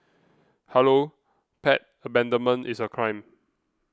hello pet abandonment is a crime